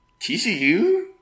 TCU